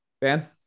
Ben